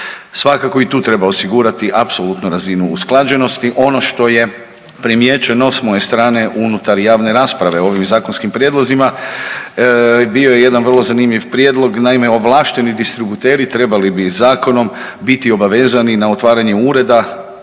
Svakako i tu treba osigurati apsolutno razinu usklađenosti. Ono što je primijećeno s moje strane unutar javne rasprave o ovim zakonskim prijedlozima bio je jedan vrlo zanimljiv prijedlog, naime ovlašteni distributeri trebali bi zakonom biti obavezani na otvaranje ureda,